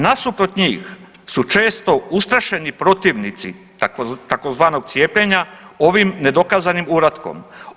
Nasuprot njih su često ustrašeni protivnici tzv. cijepljenja ovim nedokazanim uratkom.